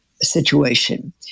situation